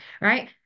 right